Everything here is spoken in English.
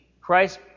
Christ